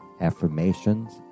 affirmations